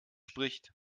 spricht